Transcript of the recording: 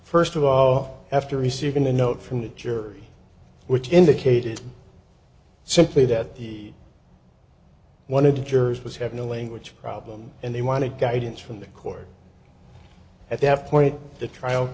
first of all after receiving a note from the jury which indicated simply that the one of the jurors was have no language problem and they wanted guidance from the court at that point the trial